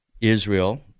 Israel